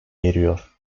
eriyor